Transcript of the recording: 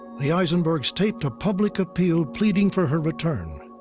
the aisenberg's taped a public appeal pleading for her return.